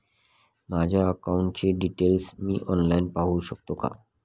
माझ्या अकाउंटचे डिटेल्स मी ऑनलाईन पाहू शकतो का?